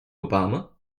obama